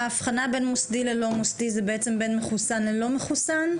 האבחנה בין מוסדי ללא מוסדי זה בעצם בין מחוסן ללא מחוסן?